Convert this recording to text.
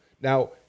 Now